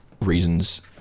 reasons